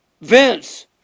Vince